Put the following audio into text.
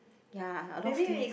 ya a lot of things